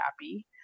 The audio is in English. happy